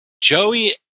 Joey